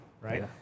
right